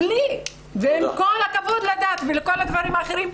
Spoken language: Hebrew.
עם כל הכבוד לדת ולכל הדברים האחרים,